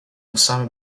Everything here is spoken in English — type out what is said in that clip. osama